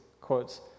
quotes